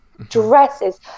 dresses